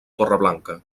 torreblanca